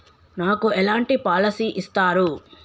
నాకు ఎలాంటి పాలసీ ఇస్తారు?